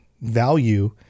value